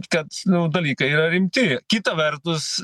kad nu dalykai yra rimti kita vertus